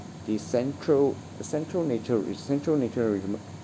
the central central nature re~ central nature re~